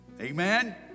Amen